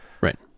Right